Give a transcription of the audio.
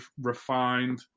refined